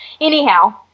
Anyhow